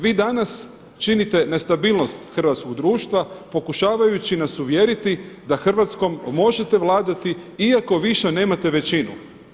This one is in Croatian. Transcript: Vi danas činite nestabilnost hrvatskog društva pokušavajući nas uvjeriti da Hrvatskom možete vladati iako više nemate većinu.